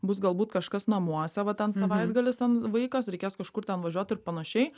bus galbūt kažkas namuose vat ten savaitgalis ten vaikas reikės kažkur ten važiuot ir panašiai